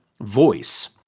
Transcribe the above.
voice